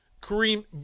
Kareem –